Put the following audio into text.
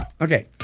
Okay